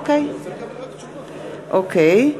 אוקיי.